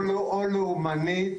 או לאומני,